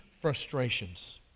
frustrations